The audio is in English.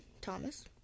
Thomas